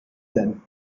denn